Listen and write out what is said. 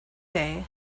day